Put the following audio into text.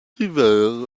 river